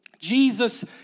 Jesus